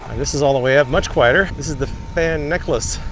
and this is all the way up. much quieter. this is the fan necklace.